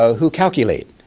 ah who calculate,